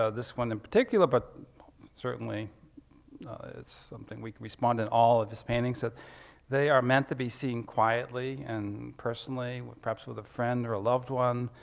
ah this one in particular but certainly it's something we respond to in all of his paintings. they are meant to be seen quietly and personally, perhaps with a friend or a loved one